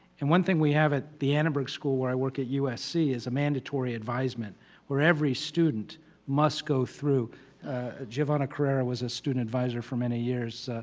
and one thing we have at the annenberg school where i work at usc is a mandatory advisement where every student must go through giovanna carrera was a student adviser for many years.